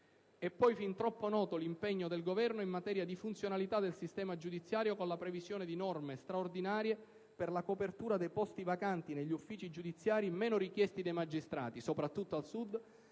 È poi fin troppo noto l'impegno del Governo in materia di funzionalità del sistema giudiziario, con la previsione di norme straordinarie per la copertura dei posti vacanti negli uffici giudiziari meno richiesti dai magistrati, soprattutto al Sud,